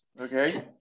okay